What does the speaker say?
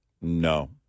No